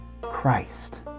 Christ